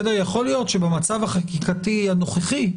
יכול להיות שבמצב החקיקתי הנוכחי,